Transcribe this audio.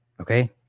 Okay